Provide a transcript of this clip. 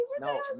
No